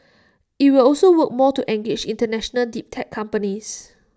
IT will also work more to engage International deep tech companies